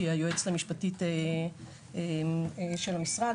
שהיא היועצת המשפטית של המשרד,